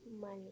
Money